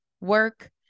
work